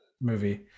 movie